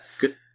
Good